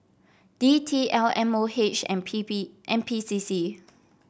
D T L M O H and N P B N P C C